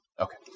Okay